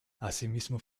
asimismo